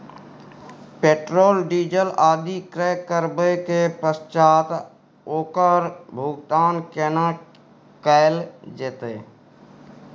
Petrol, diesel आदि क्रय करबैक पश्चात ओकर भुगतान केना कैल जेतै?